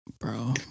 bro